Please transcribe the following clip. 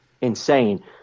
insane